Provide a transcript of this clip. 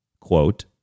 quote